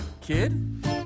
kid